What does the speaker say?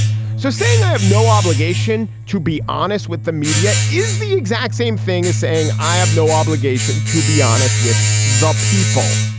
so saying i have no obligation to be honest with the media is the exact same thing as saying i have no obligation to be honest with the people.